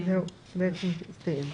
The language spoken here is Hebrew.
החירום." נעצור כאן